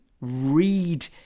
read